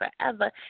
forever